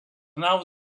nau